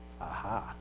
aha